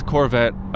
Corvette